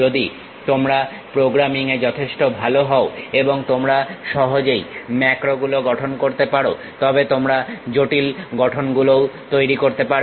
যদি তোমরা প্রোগ্রামিংয়ে যথেষ্ট ভাল হও এবং তোমরা সহজেই ম্যাক্রোগুলো গঠন করতে পারো তবে তোমরা জটিল গঠন গুলোও তৈরি করতে পারবে